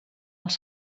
els